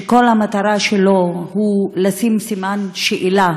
כל המטרה שלו היא לשים סימן שאלה